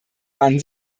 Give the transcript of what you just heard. waren